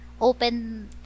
open